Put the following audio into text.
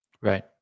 Right